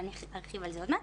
אבל אני ארחיב על זה עוד מעט.